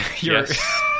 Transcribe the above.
Yes